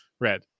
Red